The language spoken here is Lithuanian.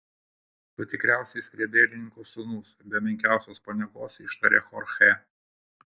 tu tikriausiai skrybėlininko sūnus be menkiausios paniekos ištarė chorchė